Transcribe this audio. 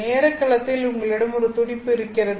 நேரக் களத்தில் உங்களிடம் ஒரு துடிப்பு இருக்கிறது